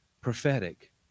prophetic